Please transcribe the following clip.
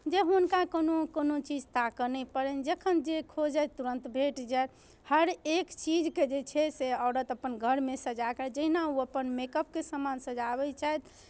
जब हुनका कोनो कोनो चीज ताकय नहि पड़नि जखन जे खोजथि तुरन्त भेटि जाय हर एक चीजकेँ जे छै से औरत अपन घरमे सजा कऽ जहिना ओ अपन मेकअपके सामान सजाबै छथि